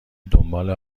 دنبال